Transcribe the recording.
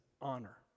honor